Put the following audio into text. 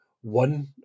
one